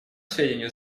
сведению